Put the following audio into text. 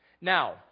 Now